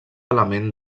element